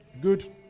Good